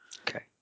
Okay